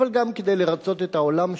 אבל גם כדי לרצות את העולם,